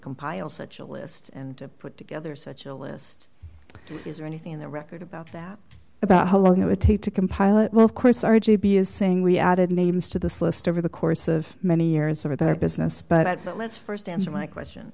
compile such a list and put together such a list is there anything in the record about that about how long it would take to compile it well of course r g b is saying we added names to this list over the course of many years of our business but let's st answer my question